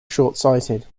shortsighted